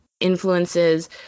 influences